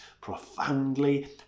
profoundly